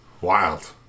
Wild